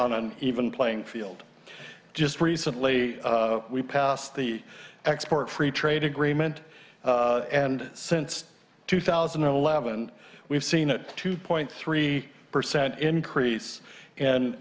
an even playing field just recently we passed the export free trade agreement and since two thousand and eleven we've seen it two point three percent increase and